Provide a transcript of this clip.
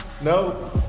No